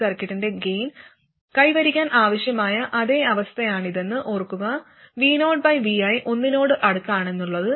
സർക്യൂട്ടിന്റെ ഗെയിൻ കൈവരിക്കാൻ ആവശ്യമായ അതേ അവസ്ഥയാണിതെന്ന് ഓർക്കുക vovi ഒന്നിനോട് അടുത്താണെന്നുള്ളത്